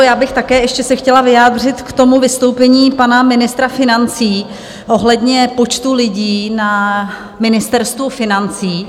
Já bych také ještě se chtěla vyjádřit k vystoupení pana ministra financí ohledně počtu lidí na Ministerstvu financí...